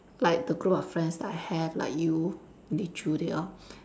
like the group of friends that I have like you Li Choo they all